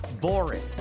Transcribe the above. boring